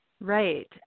Right